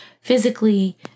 physically